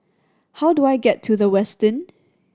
how do I get to The Westin